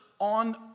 on